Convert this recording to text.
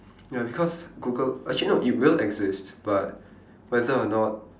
ya because Google actually no it will exist but whether or not